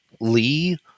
Lee